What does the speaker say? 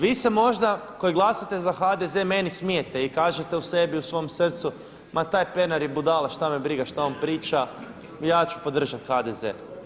Vi se možda koji glasate za HDZ meni smijete i kažete u sebi u svom srcu ma taj Pernar je budala šta me briga šta on priča ja ću podržat HDZ.